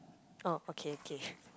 oh okay okay